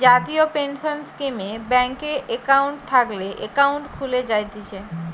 জাতীয় পেনসন স্কীমে ব্যাংকে একাউন্ট থাকলে একাউন্ট খুলে জায়তিছে